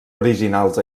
originals